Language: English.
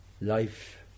life